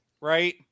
right